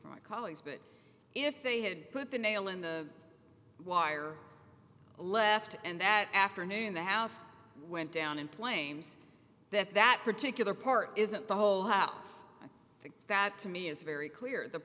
to my colleagues but if they had put the nail in the wire left and that afternoon the house went down in flames that that particular part isn't the whole house i think that to me is very clear the